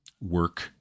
work